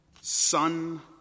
son